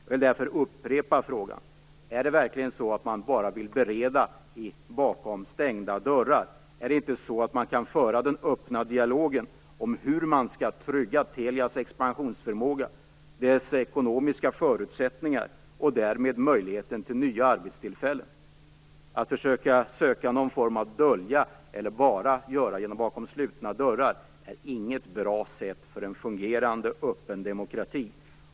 Jag vill därför upprepa frågan: Är det verkligen så att man bara vill bereda bakom stängda dörrar? Kan man inte föra en öppen dialog om hur man skall trygga Telias expansionsförmåga, dess ekonomiska förutsättningar och möjligheten till nya arbetstillfällen? Att försöka dölja eller bara verka bakom slutna dörrar är inget bra sätt i en fungerande, öppen demokrati.